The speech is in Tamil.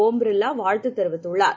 ஓம் பிர்லாவாழ்த்துதெரிவித்துள்ளார்